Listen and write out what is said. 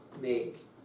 make